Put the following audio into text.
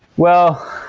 well,